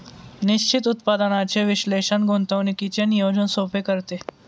निश्चित उत्पन्नाचे विश्लेषण गुंतवणुकीचे नियोजन सोपे करते